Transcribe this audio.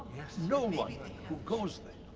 yes. no one who goes there,